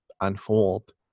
unfold